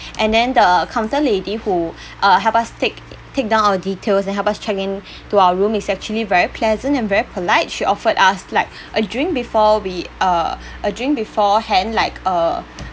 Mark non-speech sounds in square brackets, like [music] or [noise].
and then the counter lady who [breath] uh helped us take take down our details and helped us checked in [breath] to our room is actually very pleasant and very polite she offered us like [breath] a drink before we uh a drink beforehand like uh